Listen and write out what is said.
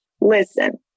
Listen